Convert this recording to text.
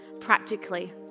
practically